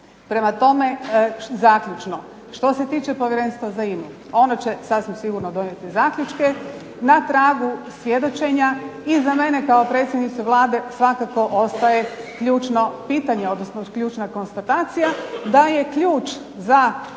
Prema tome zaključno, što se tiče Povjerenstva za INA-u, ono će sasvim sigurno donijeti zaključke na tragu svjedočenja. I za mene kao predsjednicu Vlade svakako ostaje ključno pitanje, odnosno ključna konstatacija da je ključ za upravljačka